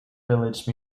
village